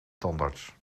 tandarts